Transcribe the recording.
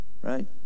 right